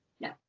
No